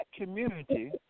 community